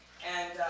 and